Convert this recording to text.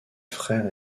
frère